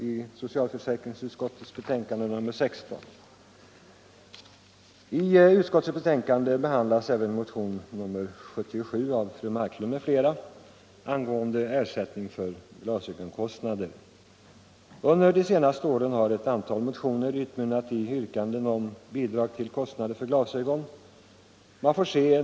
I utskottets betänkande behandlas även motionen 77 av fru Marklund m.fl. angående ersättning för glasögonkostnader. Under de senaste åren har ett antal motioner utmynnat i yrkanden om bidrag till sådana kostnader.